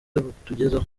batugezaho